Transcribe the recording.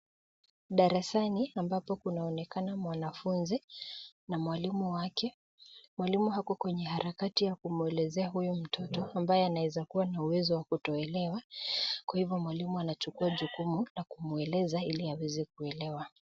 Darasani ambapo kunaonekana mwanafunzi na mwalimu wake. Mwalimu ako kwenye harakati ya kumwelezea huyu mtoto ambaye anaweza kuwa na uwezo wa kutoelewa kwa hivyo mwalimu anachukua jukumu la kumweleza ili aweze kuelewa.